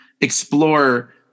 explore